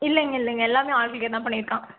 இல்லைங்க இல்லைங்க எல்லாமே ஆல் க்ளீயர் தான் பண்ணியிருக்கான்